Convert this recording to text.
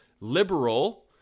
liberal